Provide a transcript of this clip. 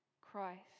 Christ